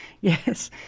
Yes